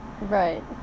Right